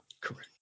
Correct